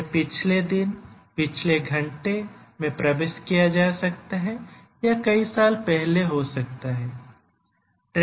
यह पिछले दिन पिछले घंटे में प्रवेश किया जा सकता है या कई साल पहले हो सकता है